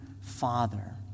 father